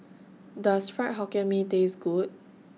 Does Fried Hokkien Mee Taste Good